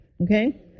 okay